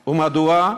מדוע?